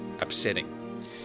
upsetting